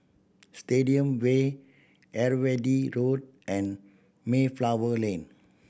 Stadium Way Irrawaddy Road and Mayflower Lane